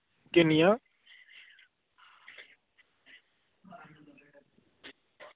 किन्नियां